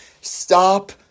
Stop